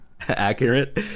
accurate